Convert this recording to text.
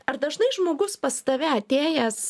ar dažnai žmogus pas tave atėjęs